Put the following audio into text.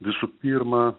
visų pirma